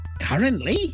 Currently